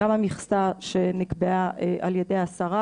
וגם המכסה שנקבעה על ידי השרה,